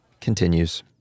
continues